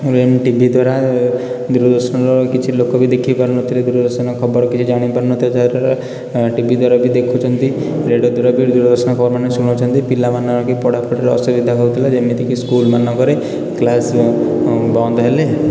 ତା'ପରେ M TV ଦ୍ୱାରା ଦୂରଦର୍ଶନର କିଛି ଲୋକ ବି ଦେଖିପାରୁନଥିଲେ ଦୂରଦର୍ଶନ ଖବର କିଛି କିଛି ଜାଣି ପାରୁନଥିଲେ ଯାହାଦ୍ୱାରା ଟିଭି ଦ୍ୱାରା ବି ଦେଖୁଛନ୍ତି ରେଡ଼ିଓ ଦ୍ୱାରା ବି ଦୂରଦର୍ଶନ ଖବର ମାନେ ଶୁଣାଉଛନ୍ତି ପିଲାମାନଙ୍କର ବି ପଢ଼ାପଢ଼ିର ଅସୁବିଧା ହେଉଥିଲା ଯେମିତି କି ସ୍କୁଲମାନଙ୍କରେ କ୍ଲାସ୍ ବନ୍ଦ ବନ୍ଦ ହେଲେ